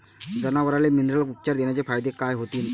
जनावराले मिनरल उपचार देण्याचे फायदे काय होतीन?